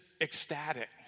ecstatic